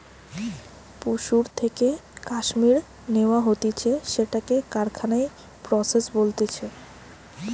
পশুর থেকে কাশ্মীর ন্যাওয়া হতিছে সেটাকে কারখানায় প্রসেস বলতিছে